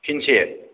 फिनसे